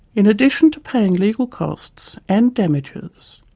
in addition to paying legal costs, and damages,